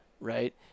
right